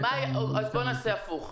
שם אנשים שיודעים את זה.